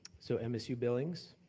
so msu billings?